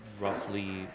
roughly